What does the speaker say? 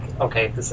okay